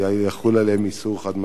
ויחול עליהם איסור חד-משמעי.